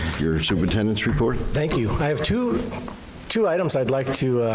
your superintendent's report? thank you, i have two two items i'd like to.